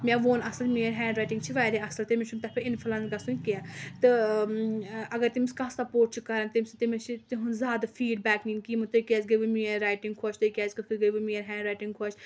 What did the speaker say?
مےٚ ووٚن اَصٕل میٛٲنۍ ہینٛڈ رایٹِنٛگ چھِ واریاہ اَصٕل تٔمِس چھُنہٕ تَتھ پٮ۪ٹھ اِنفٕلنٕس گژھُن کیٚنٛہہ تہٕ اَگر تٔمِس کانٛہہ سَپوٹ چھُ کَران تٔمِس چھِ تِہٕنٛز زیادٕ فیٖڈ بیک نِنۍ تۄہہِ کیٛازِ گٔیوٕ میٛٲنۍ رایٹِنٛگ خۄش تۄہہِ کیٛازِ کِتھ کٔٹھ گٔیوٕ میٛٲنۍ ہینٛڈ رایٹِنٛگ خۄش